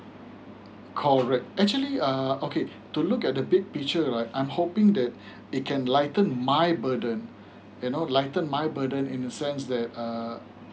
correct actually uh okay to look at the big picture right I'm hoping that they can lighten my burden you know lighten my burden in a sense that uh